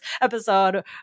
episode